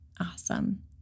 awesome